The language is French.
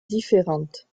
différentes